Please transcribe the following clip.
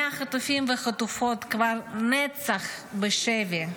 100 חטופים וחטופות כבר נצח בשבי,